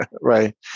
Right